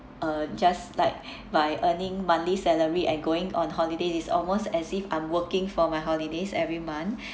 uh just like by earning monthly salary and going on holidays is almost as if I'm working for my holidays every month